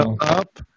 up